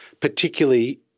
particularly